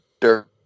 dirt